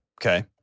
Okay